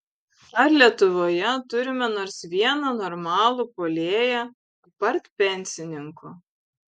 ar lietuvoje turime nors vieną normalų puolėją apart pensininkų